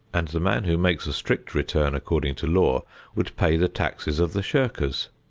and the man who makes a strict return according to law would pay the taxes of the shirkers.